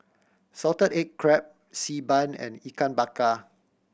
salted egg crab Xi Ban and Ikan Bakar